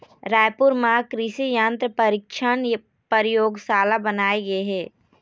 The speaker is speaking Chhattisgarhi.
रायपुर म कृसि यंत्र परीक्छन परयोगसाला बनाए गे हे